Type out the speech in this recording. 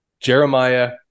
Jeremiah